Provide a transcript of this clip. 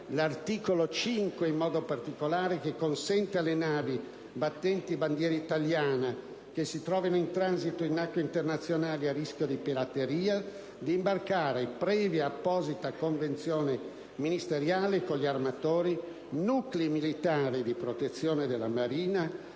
particolare l'articolo 5, che consente alle navi battenti bandiera italiana che si trovino in transito in acque internazionali a rischio di pirateria, di imbarcare, previa apposita convenzione ministeriale con gli armatori, dei nuclei militari di protezione della Marina